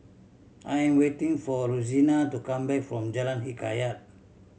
I am waiting for Rosena to come back from Jalan Hikayat